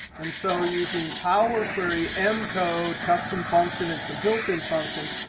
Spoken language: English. and so using power query, m code, custom function, and some built-in functions,